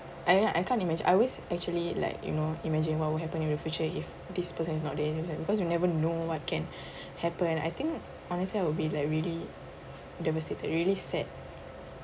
!aiya! I can't imagi~ I always actually like you know imagine what will happen in the future if this person is not there because you never know what can happen I think honestly I would be like really devastated really sad